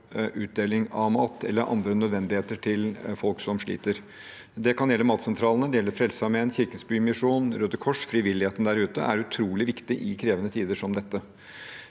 utdeling av mat eller andre nødvendigheter til folk som sliter. Det kan gjelde matsentralene, det gjelder Frelsesarmeen, Kirkens bymisjon, Røde Kors. Frivilligheten der ute er utrolig viktig i krevende tider som dette,